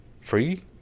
free